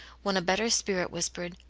when a better spirit whispered,